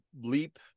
leap